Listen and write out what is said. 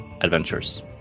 adventures